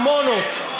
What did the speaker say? עמונות.